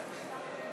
גברתי יושבת-הראש,